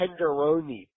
tenderoni